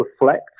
reflect